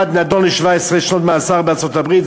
אחד נידון ל-17 שנות מאסר בארצות-הברית,